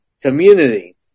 community